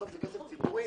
בסוף זה כסף ציבורי.